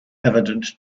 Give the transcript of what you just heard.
evident